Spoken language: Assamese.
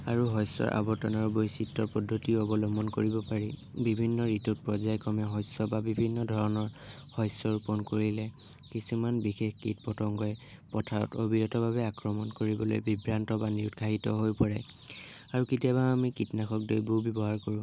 আৰু শস্যৰ আৱৰ্তনৰ বৈচিত্ৰ পদ্ধতি অৱলম্বন কৰিব পাৰি বিভিন্ন ঋতুত পৰ্যায়ক্ৰমে শস্য বা বিভিন্ন ধৰণৰ শস্য ৰোপণ কৰিলে কিছুমান বিশেষ কীট পতংগই পথাৰত অবিৰতভাৱে আক্ৰমন কৰিবলৈ বিভ্ৰান্ত বা নিৰুৎসাহিত হৈ পৰে আৰু কেতিয়াবা আমি কীটনাশক দ্ৰব্যও ব্যৱহাৰ কৰোঁ